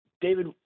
David